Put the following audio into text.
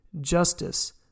justice